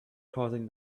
causing